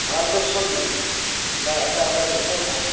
ᱵᱷᱟᱨᱚᱛᱵᱚᱨᱥᱚ ᱜᱮ ᱵᱟ ᱮᱴᱟᱜ ᱮᱴᱟᱜ ᱫᱤᱥᱚᱢᱦᱚᱸ